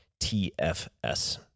TFS